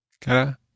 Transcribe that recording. Cara